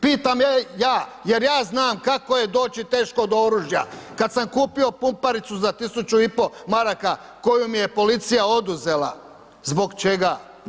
Pitam ja jer ja znam kako je doći teško do oružja, kad sam kupio pumpericu za 1500 maraka koju mi je policija oduzela, zbog čega?